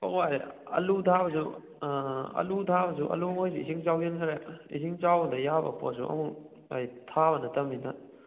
ꯐꯖꯅ ꯋꯥꯔꯦ ꯑꯥꯂꯨ ꯊꯥꯕꯁꯨ ꯑꯥꯂꯨ ꯊꯥꯕꯁꯨ ꯑꯥꯂꯨ ꯉꯣꯏꯗꯤ ꯏꯁꯤꯡ ꯆꯥꯎꯁꯤꯟꯈ꯭ꯔꯦ ꯏꯁꯤꯡ ꯆꯥꯎꯕꯗ ꯌꯥꯕ ꯄꯣꯠꯁꯨ ꯑꯃꯐꯧ ꯍꯥꯏꯗꯤ ꯊꯥꯕ ꯅꯠꯇꯕꯅꯤꯅ